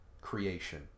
creation